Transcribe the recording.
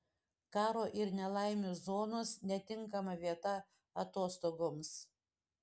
karo ir nelaimių zonos netinkama vieta atostogoms